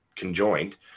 conjoined